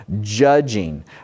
judging